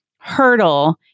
hurdle